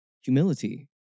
Humility